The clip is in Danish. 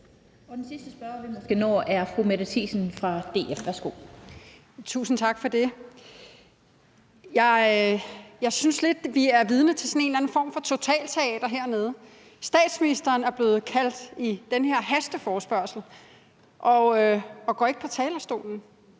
Den sidste spørger, vi når, er fru Mette Thiesen fra DF. Værsgo. Kl. 14:59 Mette Thiesen (DF): Tusind tak for det. Jeg synes lidt, vi er vidne til sådan en eller anden form for totalteater hernede. Statsministeren er blevet indkaldt til den her hasteforespørgsel og går ikke på talerstolen.